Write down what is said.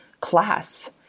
class